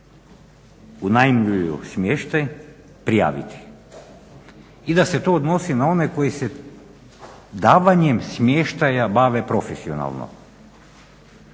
unajmljuju smještaj prijaviti i da se to odnosi na one koji se davanjem smještaja bave profesionalno.